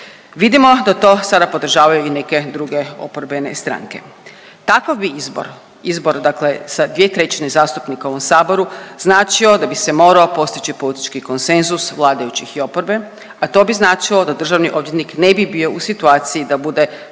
Vidimo da to sada podržavaju i neke druge oporbene stranke. Takav bi izbor, izbor dakle sa 2/3 zastupnika u ovom saboru značio da bi se morao postići politički konsenzus vladajućih i oporbe, a to bi značilo da državni odvjetnik ne bi bio u situaciji da bude samo